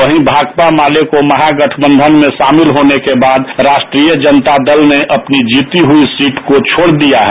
वहीं भाकपा माले के महागठबंधन में शामिल होने के बाद राष्ट्रीय जनता दल ने अपनी जीती हुई सीट को छोड दिया है